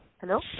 Hello